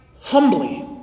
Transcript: humbly